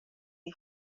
این